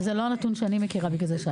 זה לא הנתון שאני מכירה בגלל זה שאלתי.